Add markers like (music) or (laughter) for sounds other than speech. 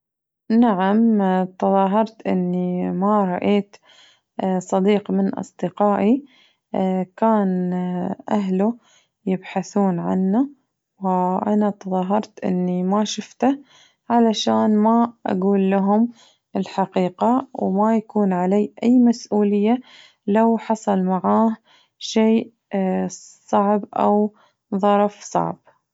نعم تظاهرت أني لم أرى صديق من أصدقائي (hesitation) كان أهله يبحثون عنه فأنا تظاهرت إني ما شفته علشان ما أقول لهم الحقيقة وما يكون علي أي مسئولية لو حصل معاه (hesitation) شي صعب أو ظرف صعب.